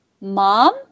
Mom